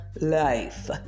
life